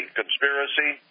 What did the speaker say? conspiracy